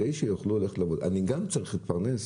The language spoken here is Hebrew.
שיוכלו ללכת לעבוד ואני גם צריך להתפרנס,